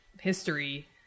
history